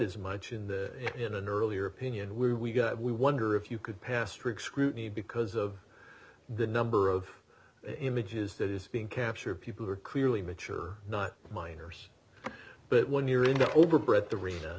as much in that in an earlier opinion we we got we wonder if you could pass strict scrutiny because of the number of images that is being captured people are clearly mature not minors but when you're in the overbred